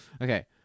Okay